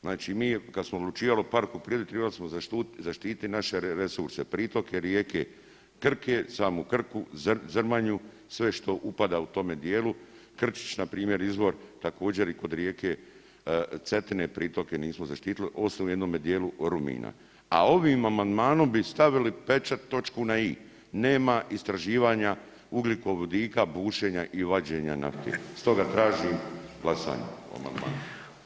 Znači mi, kad smo odlučivali o parku prirode, trebali smo zaštiti naše resurse, pritoke rijeke Krke, samu Krku, Zrmanju, sve što upada u tome dijelu, Krčić, npr. izvor također, kod rijeke Cetine, pritoke nismo zaštitili, osim u jednome dijelu ... a ovim amandman bi stavili pečat, točku na i. Nema istraživanja ugljikovodika, bušenja i vađenja nafte stoga tražim glasanje o amandmanu.